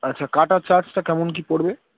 আচ্ছা কাটার চার্জটা কেমন কী পড়বে